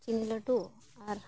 ᱪᱤᱱᱤ ᱞᱟᱹᱰᱩ ᱟᱨ